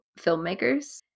filmmakers